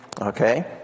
okay